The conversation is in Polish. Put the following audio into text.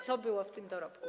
Co było w tym dorobku?